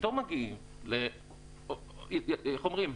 פתאום מגיעים ואיך אומרים?